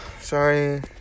sorry